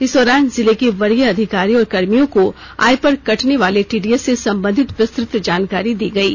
इस दौरान जिले के वरीय अधिकारियों और कर्मियों को आय पर कटने वाले टीडीएस से सम्बंधित विस्तृत जानकारी दी गयी